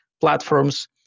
platforms